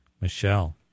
Michelle